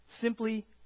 simply